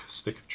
Stick